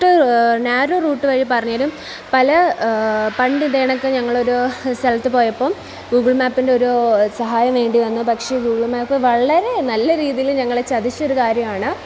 narrow route വരെ പറഞ്ഞു തരും പല പണ്ട് ഇത് കണക്ക് ഞങ്ങൾ ഒരു സ്ഥലത്ത് പോയപ്പം ഗൂഗിൾ മാപ്പിൻ്റെ ഒരു സഹായം വേണ്ടി വന്നു പക്ഷേ ഗൂഗിൾ മാപ്പ് വളരെ നല്ല രീതിയിൽ ഞങ്ങളെ ചതച്ച ഒരു കാര്യമാണ്